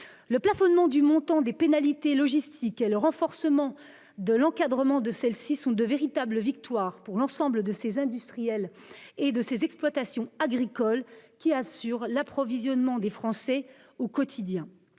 Le plafonnement du montant des pénalités logistiques et le renforcement de leur encadrement sont de véritables victoires pour l'ensemble de ces industriels et de ces exploitations agricoles qui assurent l'approvisionnement des Français au quotidien.